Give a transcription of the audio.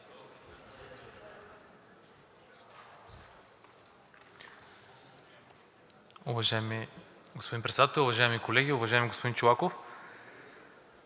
Уважаеми господин Председател, уважаеми колеги! Уважаеми господин Чолаков,